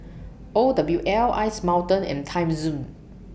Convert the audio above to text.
O W L Ice Mountain and Timezone